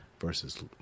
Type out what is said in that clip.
versus